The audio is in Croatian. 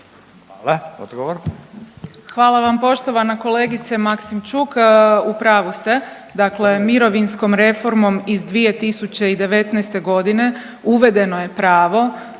Hvala vam poštovana kolegice Maksimčuk. U pravu ste. Dakle, mirovinskom reformom iz 2019. godine uvedeno je pravo